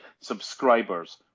subscribers